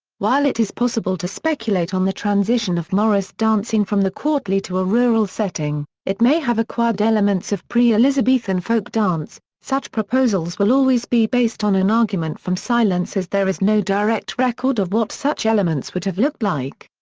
while it is possible to speculate on the transition of morris dancing from the courtly to a rural setting, it may have acquired elements of pre-elizabethan folk dance, such proposals will always be based on an argument from silence as there is no direct record of what such elements would have looked like.